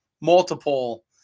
multiple